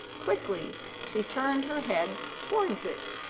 quickly she turned her head towards it,